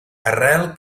arrel